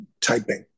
typing